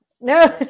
No